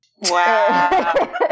wow